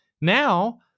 Now